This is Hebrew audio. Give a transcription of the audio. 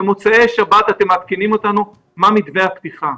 במוצאי שבת אתם מעדכנים אותנו מה מתווה הפתיחה.